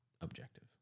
objective